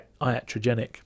iatrogenic